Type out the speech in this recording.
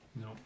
No